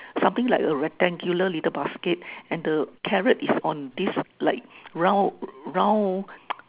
something like a rectangular little basket and the carrot is on this like round round